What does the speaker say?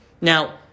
Now